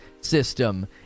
system